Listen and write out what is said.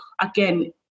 again